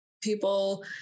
people